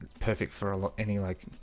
perfect for a lot any like